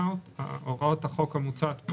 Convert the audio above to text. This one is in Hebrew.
הוראות החוק המוצע לא